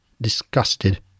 disgusted